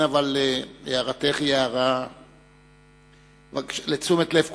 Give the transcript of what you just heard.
אבל הערתך היא הערה לתשומת לב כולנו.